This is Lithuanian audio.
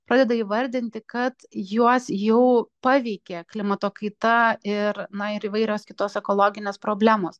pradeda įvardinti kad juos jau paveikė klimato kaita ir na ir įvairios kitos ekologinės problemos